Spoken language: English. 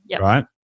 right